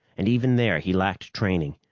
and even there, he lacked training.